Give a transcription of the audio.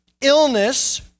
illness